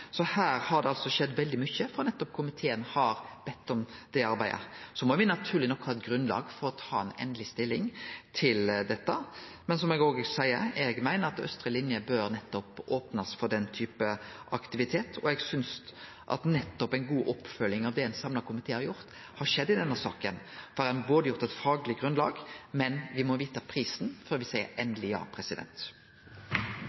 skjedd veldig mykje på dette frå da komiteen bad om dette arbeidet. Så må me naturleg nok ha eit grunnlag for å ta endeleg stilling til dette. Men som eg sa: Eg meiner at austre linje bør opnast for denne typen aktivitet. Eg synest òg at det har skjedd ei god oppfølging av det ein samla komité har sagt i denne saka. Det er lagt eit fagleg grunnlag, men me må vete prisen før me seier